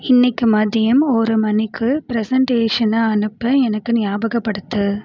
இன்னிக்கு மதியம் ஒரு மணிக்கு பிரசன்டேஷனை அனுப்ப எனக்கு ஞாபாகப்படுத்து